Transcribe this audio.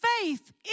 faith